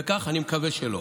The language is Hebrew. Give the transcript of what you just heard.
ואני מקווה שלא.